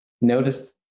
notice